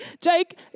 Jake